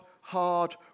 hard